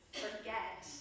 forget